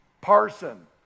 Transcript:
Parson